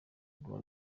ruba